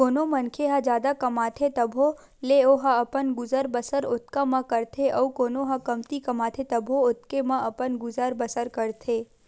कोनो मनखे ह जादा कमाथे तभो ले ओहा अपन गुजर बसर ओतका म करथे अउ कोनो ह कमती कमाथे तभो ओतके म अपन गुजर बसर करथे